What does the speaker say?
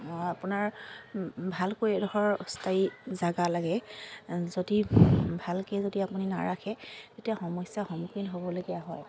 আপোনাৰ ভালকৈ এডখৰ স্থায়ী জাগা লাগে যদি ভালকে যদি আপুনি নাৰাখে তেতিয়া সমস্যাৰ সন্মুখীন হ'বলগীয়া হয়